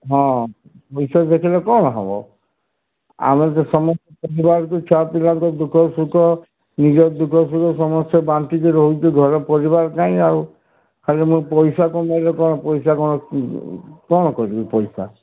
ହଁ ପଇସା ଦେଖିଲେ କ'ଣ ହେବ ଆମର ଯେ ସମସ୍ତେ ଛୁଆପିଲାଙ୍କ ଦୁଃଖ ସୁଖ ନିଜ ଦୁଃଖ ସୁଖ ସମସ୍ତେ ବାଣ୍ଟିକି ରହୁଛୁ ଘର ପରିବାର ପାଇଁ ଆଉ ଖାଲି ମୁଁ ପଇସା କମେଇଲେ କ'ଣ ପଇସା କ'ଣ କ'ଣ କରିବି ପଇସା